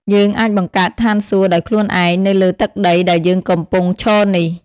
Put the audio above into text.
យើងអាចបង្កើត "ឋានសួគ៌" ដោយខ្លួនឯង នៅលើទឹកដីដែលយើងកំពុងឈរនេះ។